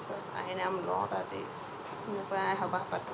তাৰ পিছত আই নাম লওঁ আই সবাহ পাতোঁ